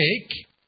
take